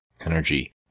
energy